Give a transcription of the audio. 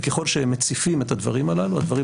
וככל שהם מציפים את הדברים הללו הדברים